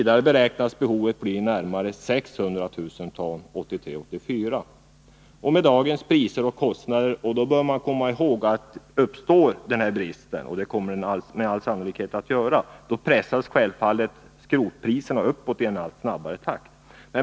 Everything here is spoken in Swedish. Behovet beräknas vidare bli närmare 600 000 ton åren 1983-1984. Man bör komma ihåg att om denna brist uppstår — och det kommer den med all sannolikhet att göra — pressas självfallet skrotpriserna uppåt i allt snabbare takt.